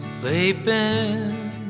Sleeping